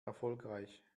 erfolgreich